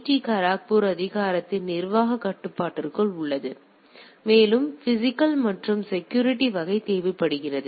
D Kharagpur அதிகாரத்தின் நிர்வாகக் கட்டுப்பாட்டிற்குள் உள்ளது மேலும் பிஸிக்கல் மற்றும் செக்யூரிட்டி வகை தேவைப்படுகிறது